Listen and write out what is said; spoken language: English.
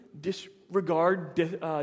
disregard